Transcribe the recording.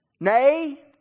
Nay